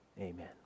Amen